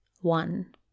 one